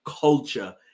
culture